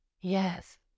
yes